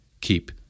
keep